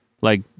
like-